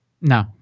No